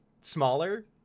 smaller